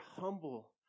humble